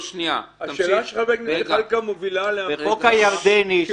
השאלה של חבר הכנסת זחאלקה מובילה להצעה שהוא